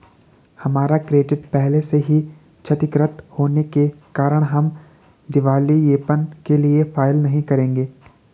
हमारा क्रेडिट पहले से ही क्षतिगृत होने के कारण हम दिवालियेपन के लिए फाइल नहीं करेंगे